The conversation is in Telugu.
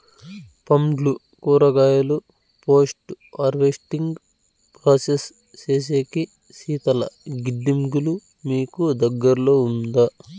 పండ్లు కూరగాయలు పోస్ట్ హార్వెస్టింగ్ ప్రాసెస్ సేసేకి శీతల గిడ్డంగులు మీకు దగ్గర్లో ఉందా?